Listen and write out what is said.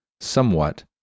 somewhat